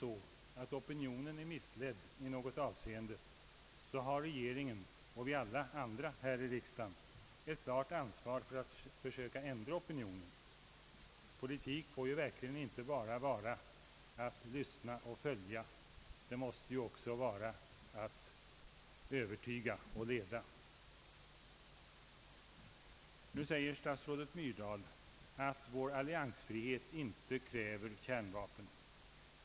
Om opinionen är missledd i något avseende, har regeringen och alla vi här i riksdagen ett klart ansvar för att försöka ändra på opinionen. Politik får verkligen inte vara att bara lyssna och följa; det måste också vara att övertyga och leda. Nu säger statsrådet Myrdal att vår alliansfrihet inte kräver kärnvapen.